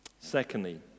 Secondly